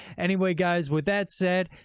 anyway, guys, with that said,